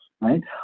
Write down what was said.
right